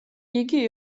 იგი